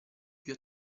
più